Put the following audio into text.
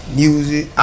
music